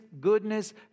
goodness